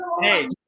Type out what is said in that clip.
Hey